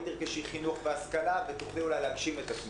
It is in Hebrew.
תרכשי חינוך והשכלה ותוכלי אולי להגשים את עצמך,